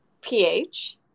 ph